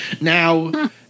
Now